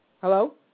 Hello